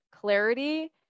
Clarity